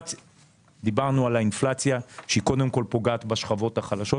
דיברנו על האינפלציה שהיא קודם כול פוגעת בשכבות החלשות,